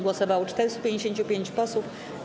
Głosowało 455 posłów.